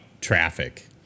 traffic